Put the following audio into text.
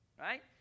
Right